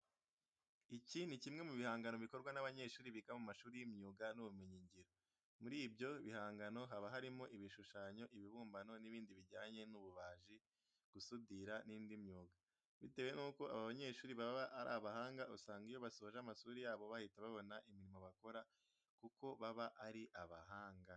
Iki ni kimwe mu bihangano bikorwa n'abanyeshuri biga mu mashuri y'imyuga n'ibumenyingiro. Muri ibyo bihangano haba harimo ibishushanyo, ibibumbano n'ibindi bijyanye n'ububaji, gusudira n'indi myuga. Bitewe nuko aba banyeshuri baba ari abahanga usanga iyo basoje amashuri yabo bahita babona imirimo bakora kuko baba ari abahanga.